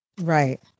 Right